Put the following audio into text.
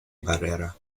barrera